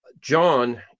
John